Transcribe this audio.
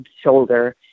shoulder